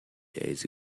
days